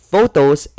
Photos